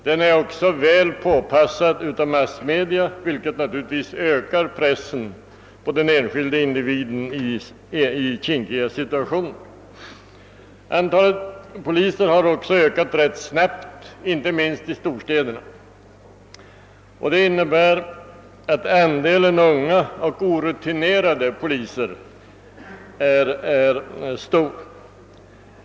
Den är också väl påpassad av massmedia, vilket naturligtvis ökar pressen på den enskilde individen i kinkiga situationer. Antalet polismän har också ökat rätt snabbt, inte minst i storstäderna. Detta innebär att andelen unga och orutinerade polismän är stor.